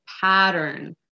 pattern